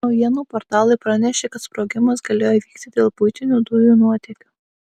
naujienų portalai pranešė kad sprogimas galėjo įvykti dėl buitinių dujų nuotėkio